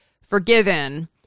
forgiven